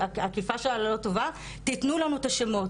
שהאכיפה שלה לא טובה 'תתנו לנו את השמות',